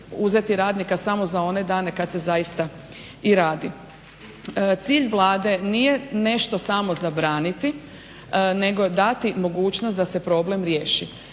uzeti radnika samo za one dane kada se zaista i radi. Cilj Vlade nije nešto samo zabraniti nego dati mogućnost da se problem riješi.